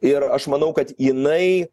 ir aš manau kad jinai